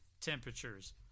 temperatures